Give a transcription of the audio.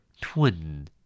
twin